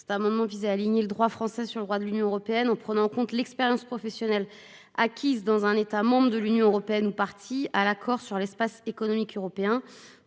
Cet amendement vise à aligner le droit français sur le droit de l'Union européenne en prenant en compte l'expérience professionnelle acquise dans un État membre de l'Union européenne ou parties à l'accord sur l'Espace économique européen